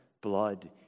blood